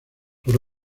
por